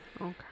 Okay